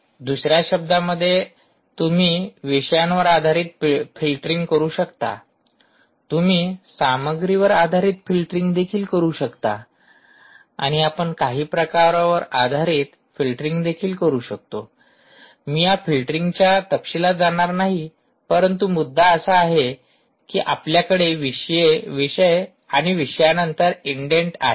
दुसर्या शब्दांमध्ये तुम्ही विषयांवर आधारित फिल्टरिंग करू शकता तुम्ही सामग्रीवर आधारित फिल्टरिंग देखील करू शकता आणि आपण काही प्रकारावर आधारित फिल्टरिंग देखील करू शकतो मी या फिलिटरिंगच्या तपशीलात जाणार नाही परंतु मुद्दा असा आहे की आपल्याकडे विषय आणि विषयानंतर इंडेंट आहेत